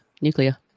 nuclear